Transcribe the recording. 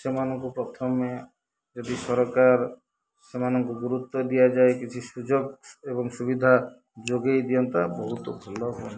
ସେମାନଙ୍କୁ ପ୍ରଥମେ ଯଦି ସରକାର ସେମାନଙ୍କୁ ଗୁରୁତ୍ୱ ଦିଆଯାଏ କିଛି ସୁଯୋଗ ଏବଂ ସୁବିଧା ଯୋଗେଇ ଦିଅନ୍ତା ବହୁତ ଭଲ ହୁଏ